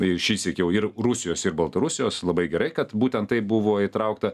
ir šįsyk jau ir rusijos ir baltarusijos labai gerai kad būtent tai buvo įtraukta